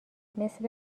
مثل